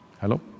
Hello